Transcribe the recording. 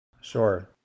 Sure